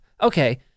okay